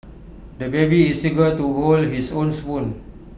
the baby is eager to hold his own spoon